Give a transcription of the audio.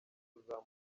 kuzamura